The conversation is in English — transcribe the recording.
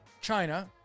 China